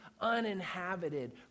uninhabited